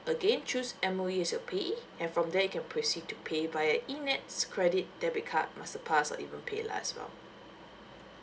again choose M_O_E as your payee and from there you can proceed to pay via e nets credit debit card masterpass or even paylah as well